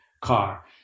car